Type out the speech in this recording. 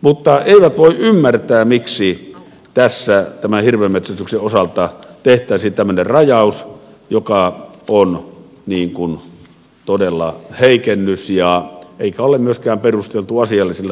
mutta eivät voi ymmärtää miksi tässä tämän hirvenmetsästyksen osalta tehtäisiin tämmöinen rajaus joka on todella heikennys eikä ole myöskään perusteltu asiallisilla tavoilla